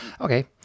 Okay